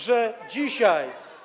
że dzisiaj.